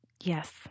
Yes